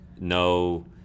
no